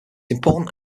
important